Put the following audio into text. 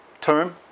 term